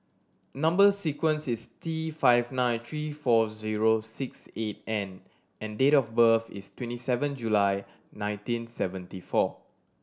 number sequence is T five nine three four zero six eight N and date of birth is twenty seven July nineteen seventy four